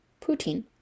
poutine